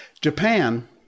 Japan